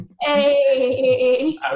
Hey